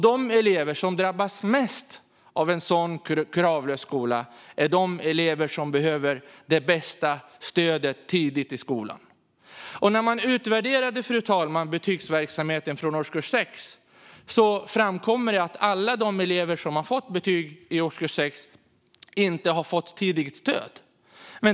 De elever som drabbas mest av en sådan kravlös skola är de elever som mest behöver stöd tidigt i skolan. När man utvärderade försöksverksamheten med betyg från årskurs 6, fru talman, framkom det att alla elever som fått betyg i årskurs 6 inte hade fått tidigt stöd.